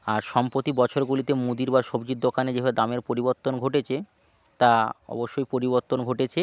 আর সম্প্রতি বছরগুলিতে মুদির বা সবজির দোকানে যেভাবে দামের পরিবর্তন ঘটেছে তা অবশ্যই পরিবর্তন ঘটেছে